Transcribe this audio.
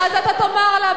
אז אתה תאמר לה.